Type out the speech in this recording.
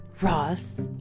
Ross